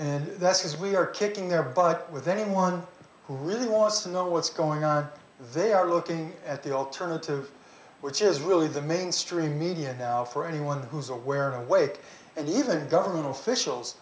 so that's as we are kicking their butt with anyone who really wants to know what's going on they are looking at the alternative which is really the mainstream media now for anyone who's aware awake and even government officials